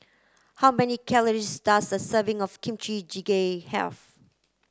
how many calories does a serving of Kimchi Jjigae have